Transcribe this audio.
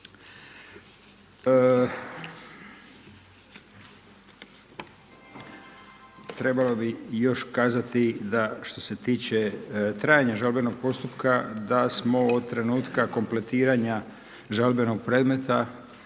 Trebalo bi još kazati da što se tiče trajanja žalbenog postupka da smo od trenutka kompletiranja žalbenog predmeta,